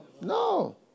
No